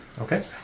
Okay